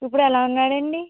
ఇప్పుడు ఎలా ఉన్నాడు అండి